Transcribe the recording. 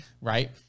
Right